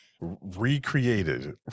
recreated